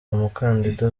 umukandida